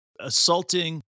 assaulting